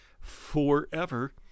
Forever